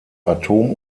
atom